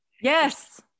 yes